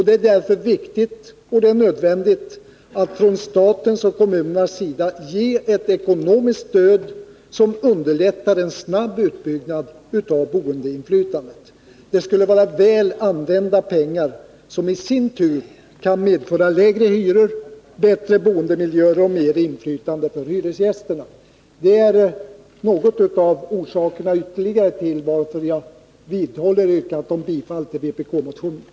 Det är därför viktigt och nödvändigt att staten och kommunerna ger ett ekonomiskt stöd som underlättar en snabb utvidgning av boendeinflytandet. Det skulle vara väl använda pengar, som i sin tur kan medföra lägre hyror, bättre boendemiljöer och mer inflytande för hyresgästerna. Detta är några av orsakerna till att jag vidhåller yrkandet om bifall till vpk-motionen.